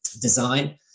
design